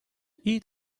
eat